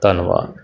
ਧੰਨਵਾਦ